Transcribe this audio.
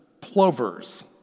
plovers